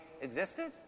existed